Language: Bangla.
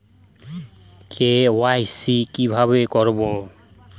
কে.ওয়াই.সি কিভাবে করব?